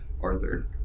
Arthur